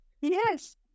Yes